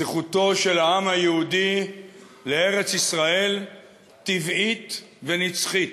זכותו של העם היהודי לארץ-ישראל טבעית ונצחית.